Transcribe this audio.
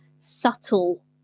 subtle